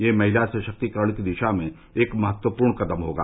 यह महिला सशक्तिकरण की दिशा में एक महत्वपूर्ण कदम होगा